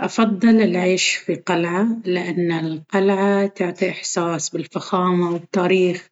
أفضل العيش في قلعة. لأن القلعة تعطي إحساس بالفخامة والتاريخ،